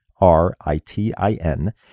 R-I-T-I-N